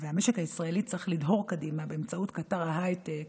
והמשק הישראלי צריך לדהור קדימה באמצעות קטר ההייטק